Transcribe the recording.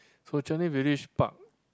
so Changi Village park